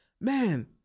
man